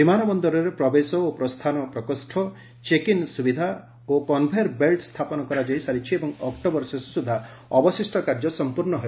ବିମାନ ବନ୍ଦରରେ ପ୍ରବେଶ ଓ ପ୍ରସ୍ଥାନ ପ୍ରକୋଷ୍ଠ ଚେକ୍ଇନ୍ ସୁବିଧା ଓ କନ୍ଭେୟର ବେଲ୍ ସ୍ଥାପନ କରାଯାଇ ସାରିଛି ଏବଂ ଅକ୍ଟୋବର ଶେଷ ସୁଦ୍ଧା ଅବଶିଷ୍ଟ କାର୍ଯ୍ୟ ସମ୍ପର୍ଣ୍ଣ ହେବ